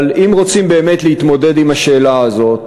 אבל אם רוצים באמת להתמודד עם השאלה הזאת,